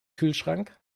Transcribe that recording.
kühlschrank